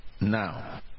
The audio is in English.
now